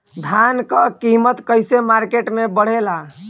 धान क कीमत कईसे मार्केट में बड़ेला?